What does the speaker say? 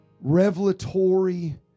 revelatory